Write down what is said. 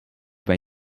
ben